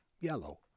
yellow